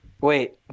Wait